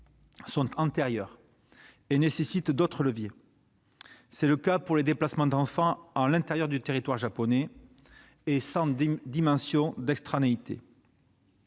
sont antérieurs et nécessitent d'autres leviers. C'est aussi le cas pour les déplacements d'enfants à l'intérieur du territoire japonais, sans dimension d'extranéité.